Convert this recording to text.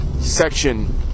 section